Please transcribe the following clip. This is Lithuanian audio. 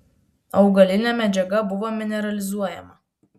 augalinė medžiaga buvo mineralizuojama